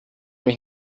mich